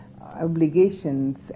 obligations